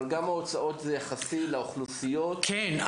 אבל גם ההוצאות הן דבר יחסי לאוכלוסיות -- כן,